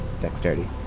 dexterity